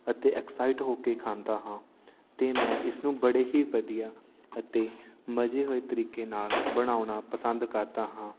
ਅਤੇ ਐਕਸਾਈਟ ਹੋ ਕੇ ਖਾਂਦਾ ਹਾਂ ਅਤੇ ਮੈਂ ਇਸਨੂੰ ਬੜੇ ਹੀ ਵਧੀਆ ਅਤੇ ਮਜੇ ਹੋਏ ਤਰੀਕੇ ਨਾਲ ਬਣਾਉਣਾ ਪਸੰਦ ਕਰਦਾ ਹਾਂ